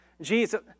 Jesus